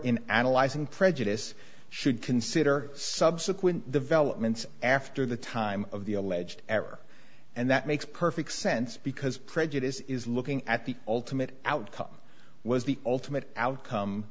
in analyzing prejudice should consider subsequent developments after the time of the alleged error and that makes perfect sense because prejudice is looking at the ultimate outcome was the ultimate outcome